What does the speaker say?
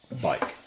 bike